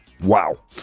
Wow